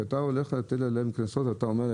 כשאתה הולך להטיל עליהם קנסות אתה אומר,